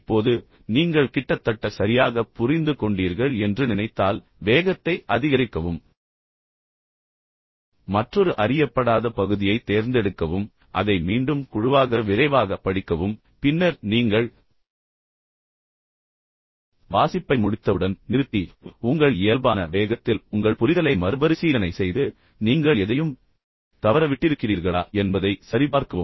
இப்போது நீங்கள் கிட்டத்தட்ட சரியாக புரிந்து கொண்டீர்கள் என்று நினைத்தால் வேகத்தை அதிகரிக்கவும் மற்றொரு அறியப்படாத பகுதியை தேர்ந்தெடுக்கவும் அதை மீண்டும் குழுவாக விரைவாக படிக்கவும் பின்னர் நீங்கள் வாசிப்பை முடித்தவுடன் நிறுத்தி உங்கள் இயல்பான வேகத்தில் உங்கள் புரிதலை மறுபரிசீலனை செய்து நீங்கள் எதையும் தவறவிட்டிருக்கிறீர்களா என்பதைச் சரிபார்க்கவும்